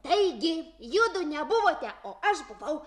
taigi judu nebuvote o aš buvau